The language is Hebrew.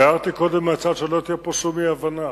והערתי קודם מהצד: שלא תהיה פה שום אי-הבנה,